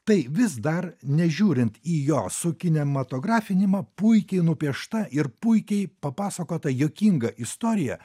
tai vis dar nežiūrint į jo sukinematografinimą puikiai nupiešta ir puikiai papasakota juokinga istorija